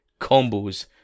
combos